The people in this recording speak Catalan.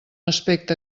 aspecte